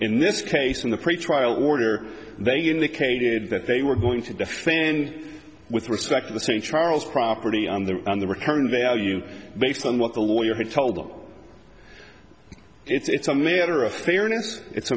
in this case in the pretrial order they indicated that they were going to defend with respect to the st charles property on the on the return value based on what the lawyer had told them it's a matter of fairness it's